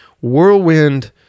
whirlwind